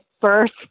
first